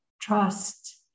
Trust